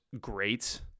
great